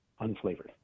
unflavored